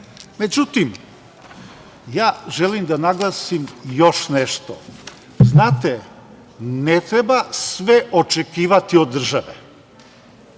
napred.Međutim, ja želim da naglasim još nešto. Znate, ne treba sve očekivati od države.